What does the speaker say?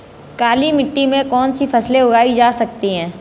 काली मिट्टी में कौनसी फसलें उगाई जा सकती हैं?